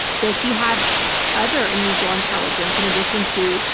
does she have other unusual intelligence in addition to.